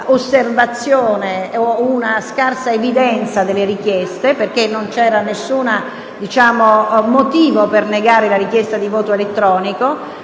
osservazione o una scarsa evidenza delle richieste, perché non vi era alcun motivo per rifiutare la richiesta di voto elettronico.